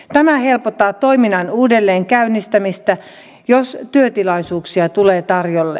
tämä helpottaa toiminnan uudelleenkäynnistämistä jos työtilaisuuksia tulee tarjolle